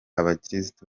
abakirisitu